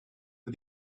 for